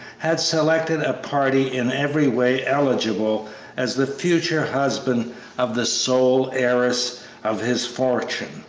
had selected a party in every way eligible as the future husband of the sole heiress of his fortune.